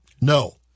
No